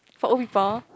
for old people